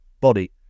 body